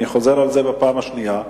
אני חוזר על זה בפעם השנייה,